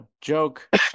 joke